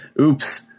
Oops